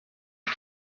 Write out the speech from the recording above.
you